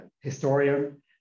historian